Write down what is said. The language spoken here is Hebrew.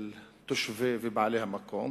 של תושבי ובעלי המקום,